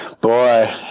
Boy